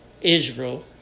Israel